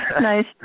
Nice